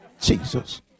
Jesus